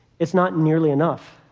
it's not nearly enough.